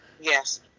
yes